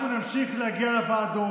אנחנו נמשיך להגיע לוועדות,